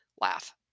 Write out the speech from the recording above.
Laugh